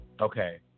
Okay